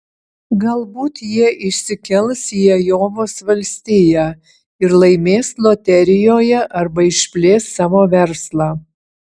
galbūt jie išsikels į ajovos valstiją ir laimės loterijoje arba išplės savo verslą